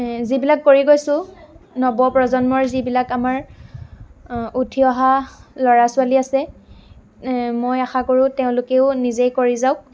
যিবিলাক কৰি গৈছোঁ নৱপ্ৰজন্মৰ যিবিলাক আমাৰ উঠি অহা ল'ৰা ছোৱালী আছে মই আশা কৰোঁ তেওঁলোকেও নিজে কৰি যাওঁক